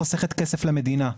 חוסכת כסף למדינה.